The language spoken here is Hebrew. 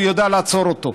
הוא יודע לעצור אותו.